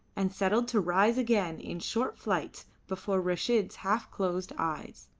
and settled to rise again in short flights before reshid's half-closed eyes.